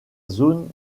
zone